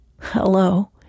Hello